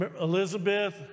Elizabeth